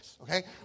okay